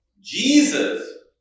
Jesus